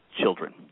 children